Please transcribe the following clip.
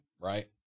right